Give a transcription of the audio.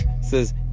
says